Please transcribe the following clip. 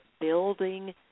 building